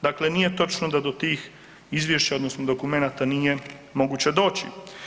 Dakle, nije točno da do tih izvješća odnosno dokumenata nije moguće doći.